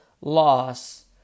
loss